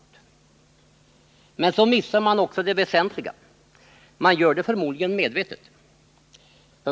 14 november 1979 Men så missar man också det väsentliga, och man gör det förmodligen medvetet.